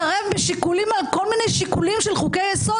לבין חברי לשכת עורכי הדין,